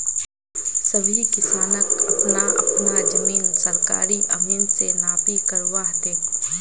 सभी किसानक अपना अपना जमीन सरकारी अमीन स नापी करवा ह तेक